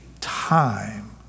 time